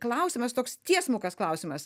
klausimas toks tiesmukas klausimas